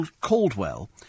Caldwell